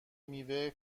میوه